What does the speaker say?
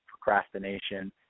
procrastination